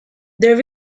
there